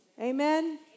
Amen